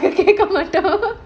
கேக்கமாட்டா:kekamaataa